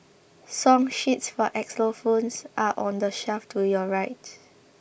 song sheets for xylophones are on the shelf to your right